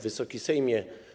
Wysoki Sejmie!